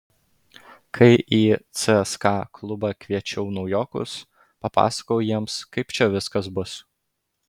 kai į cska klubą kviečiau naujokus papasakojau jiems kaip čia viskas bus